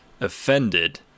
offended